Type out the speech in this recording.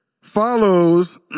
follows